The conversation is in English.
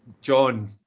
john